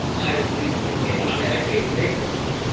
i don't these i can't i can't even make this up, this